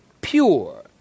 pure